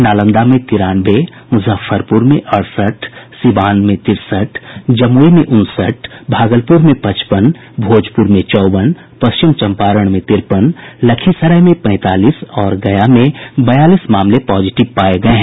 नालंदा में तिरानवे मुजफ्फरपुर में अड़सठ सीवान में तिरसठ जमुई में उनसठ भागलपुर में पचपन भोजपुर में चौवन पश्चिम चंपारण में तिरपन लखीसराय में पैंतालीस और गया में बयालीस मामले पॉजिटिव पाए गए हैं